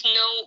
no